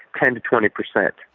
kind of twenty per cent.